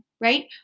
right